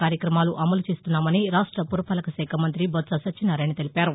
కార్యక్రమాలు అమలుచేస్తున్నామని రాష్ట పురపాలకశాఖ మంత్రి బొత్పనత్యనారాయణ తెలిపారు